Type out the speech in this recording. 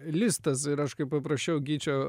listas ir aš kai paprašiau gyčio